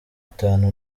itanu